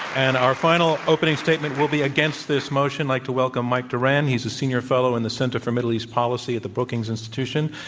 and our final opening statement will be against this motion, like to welcome mike doran. he's a senior fellow in the center for middle east policy at the brookings institution.